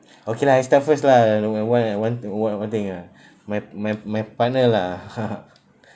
okay lah I start first lah I one and one one one thing ah my my my partner lah